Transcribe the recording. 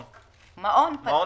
מסוים.